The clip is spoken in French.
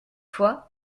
fois